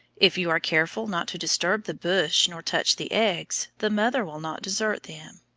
if you are careful not to disturb the bush nor touch the eggs, the mother will not desert them.